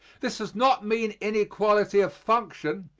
this does not mean inequality of function,